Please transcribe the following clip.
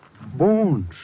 Bones